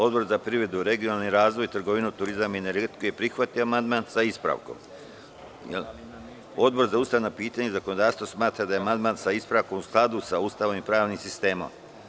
Odbor za privredu, regionalni razvoj, trgovinu, turizam i energetiku je prihvatio amandman sa ispravkom, a Odbor za ustavna pitanja i zakonodavstvo smatra da je amandman sa ispravkom u skladu sa Ustavom i pravnim sistemom.